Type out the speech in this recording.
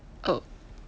oh